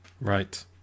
Right